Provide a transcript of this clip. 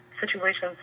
situations